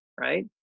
Right